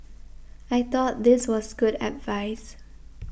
I thought this was good advice